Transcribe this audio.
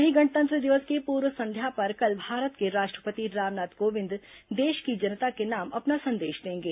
वहीं गणतंत्र दिवस की पूर्व संध्या पर कल भारत के राष्ट्रपति रामनाथ कोविंद देश की जनता के नाम अपना संदेश देंगे